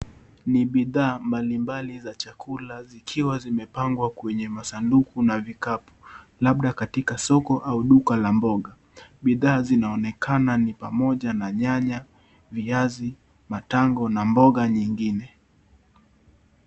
Ni bidhaa mbalimbali za chakula zikiwa zimepangwa kwenye masanduku na vikapu labda katika soko au duka la mboga. Bidhaa zinaonekana ni pamoja na nyanya, viazi matango na mboga nyingine.